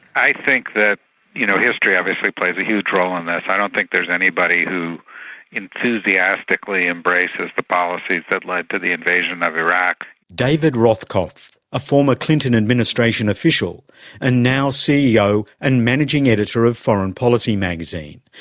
i think that you know history obviously plays a huge role in this. i don't think there is anybody who enthusiastically embraces the policies that led to the invasion of iraq. david rothkopf, a former clinton administration official and now ceo and managing editor of foreign policy magazine,